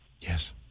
Yes